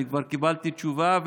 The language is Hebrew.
אני כבר קיבלתי תשובה,